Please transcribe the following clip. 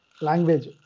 language